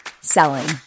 selling